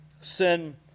Sin